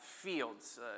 Fields